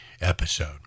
episode